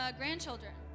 grandchildren